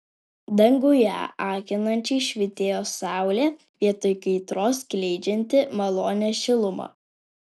danguje akinančiai švytėjo saulė vietoj kaitros skleidžianti malonią šilumą